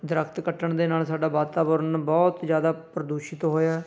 ਦਰੱਖਤ ਕੱਟਣ ਦੇ ਨਾਲ ਸਾਡਾ ਵਾਤਾਵਰਨ ਬਹੁਤ ਜ਼ਿਆਦਾ ਪ੍ਰਦੂਸ਼ਿਤ ਹੋਇਆ